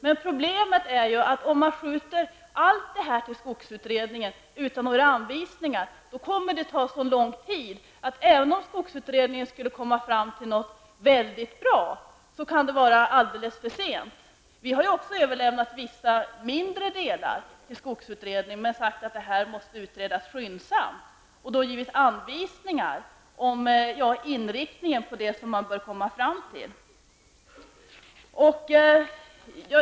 Men problemet är ju att om man skjuter över allt det här till skogsutredningen utan några anvisningar, kommer det att ta så lång tid att även om skogsutredningen skulle komma fram till något mycket bra kan det vara alldeles för sent. Vi har också överlämnat vissa mindre delar till skogsutredningen men sagt att detta måste utredas skyndsamt och då givit anvisningar om inriktningen på det som utredningen bör komma fram till.